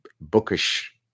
bookish